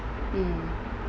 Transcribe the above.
mm